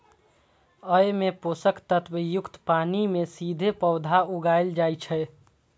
अय मे पोषक तत्व युक्त पानि मे सीधे पौधा उगाएल जाइ छै